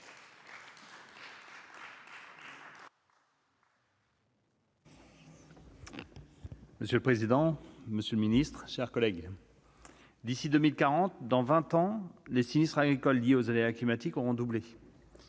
Monsieur le président, monsieur le ministre, mes chers collègues, d'ici à 2040, dans vingt ans, les sinistres agricoles liés aux aléas climatiques auront doublé.